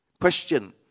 Question